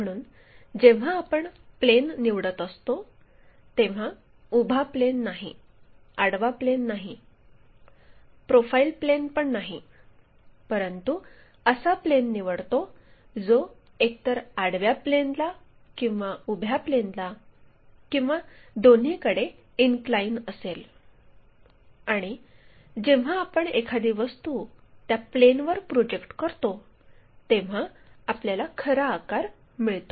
म्हणून जेव्हा आपण प्लेन निवडत असतो तेव्हा उभा प्लेन नाही आडवा प्लेन नाही प्रोफाइल प्लेन नाही परंतु असा प्लेन निवडतो जो एकतर आडव्या प्लेनला किंवा उभ्या प्लेनला किंवा दोन्हीकडे इनक्लाइन असेल आणि जेव्हा आपण एखादी वस्तू त्या प्लेनवर प्रोजेक्ट करतो तेव्हा आपल्याला खरा आकार मिळतो